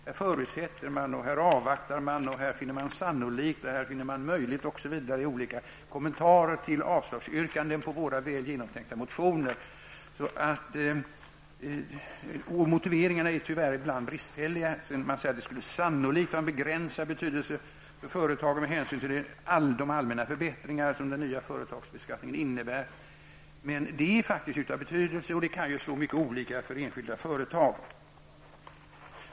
Här förutsätter man, här avvaktar man, här finner man sannolikt och här finner man möjligt, osv. i olika kommentarer till avslagsyrkanden på våra väl genomtänkta motioner. Motiveringarna till avslagsyrkandena är tyvärr ibland bristfälliga. Utskottet säger t.ex. att en ytterligare avsättningsmöjlighet sannolikt skulle ha en begränsad ekonomisk betydelse för företagen med hänsyn till de allmänna förbättringar som den nya företagsbeskattningen innebär. Men det är faktiskt av betydelse och det kan slå mycket olika för enskilda företag.